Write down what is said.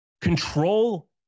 Control